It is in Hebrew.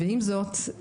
עם זאת,